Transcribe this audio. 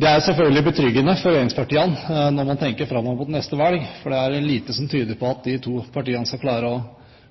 Det er selvfølgelig betryggende for regjeringspartiene, om man tenker framover mot neste valg, for det er lite som tyder på at de to partiene skal klare å